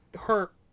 hurt